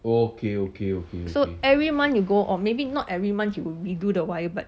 so every month you go or maybe not every month you redo the wire but